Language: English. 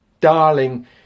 Darling